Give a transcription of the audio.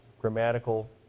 grammatical